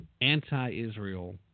anti-Israel